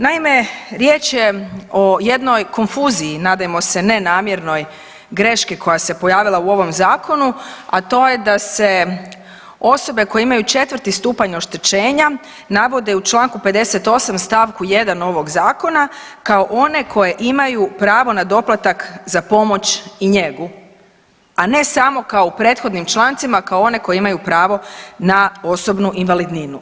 Naime, riječ je o jednoj konfuziji nadajmo se nenamjernoj greške koja se pojavila u ovom zakonu, a to je da se osobe koje imaju 4. stupanj oštećenja navode u čl. 58. st. 1. ovog zakona kao one koje imaju pravo na doplatak za pomoć i njegu, a ne samo kao u prethodnim člancima kao one koji imaju pravo na osobnu invalidninu.